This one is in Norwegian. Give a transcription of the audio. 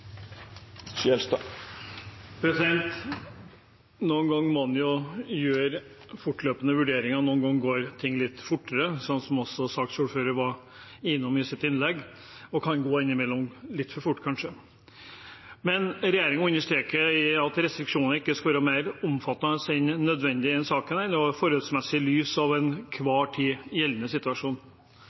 Noen ganger må en gjøre fortløpende vurderinger, noen ganger går ting litt fortere, som også saksordføreren var innom i sitt innlegg, og det kan innimellom kanskje gå litt for fort. Regjeringen understreker i denne saken at restriksjonene ikke skal være mer omfattende enn hva som er nødvendig og forholdsmessig i lys av den til enhver tid gjeldende